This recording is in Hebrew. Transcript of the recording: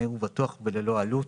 מהיר ובטוח וללא עלות.